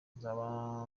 nzaba